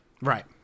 right